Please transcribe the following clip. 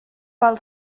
pel